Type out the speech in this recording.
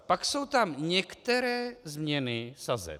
Pak jsou tam některé změny sazeb.